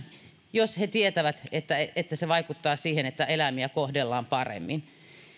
jos he tietävät että se vaikuttaa siihen että eläimiä kohdellaan paremmin